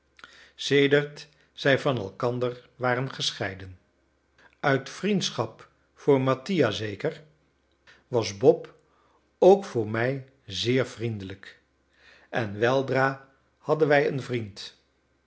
sedert zij van elkander waren gescheiden uit vriendschap voor mattia zeker was bob ook voor mij zeer vriendelijk en weldra hadden wij een vriend